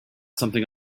something